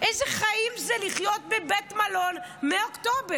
איזה חיים זה לחיות בבית מלון מאוקטובר?